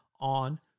on